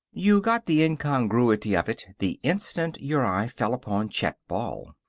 you got the incongruity of it the instant your eye fell upon chet ball.